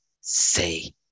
say